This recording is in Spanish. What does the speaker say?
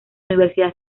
universidad